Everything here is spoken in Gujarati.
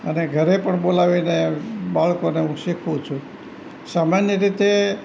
અને ઘરે પણ બોલાવીને બાળકોને હું શીખવું છું સામાન્ય રીતે